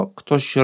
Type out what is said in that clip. ktoś